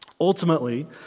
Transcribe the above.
Ultimately